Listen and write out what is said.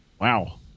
Wow